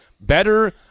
Better